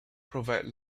provide